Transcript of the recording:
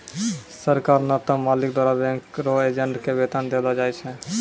सरकार नै त मालिक द्वारा बैंक रो एजेंट के वेतन देलो जाय छै